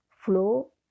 flow